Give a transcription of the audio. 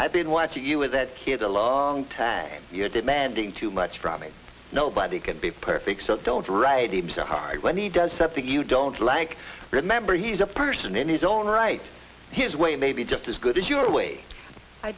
i've been watching you with that kid a long time you're demanding too much from me nobody can be perfect so don't write him so hard when he does something you don't like remember he's a person in his own right his way may be just as good as your way i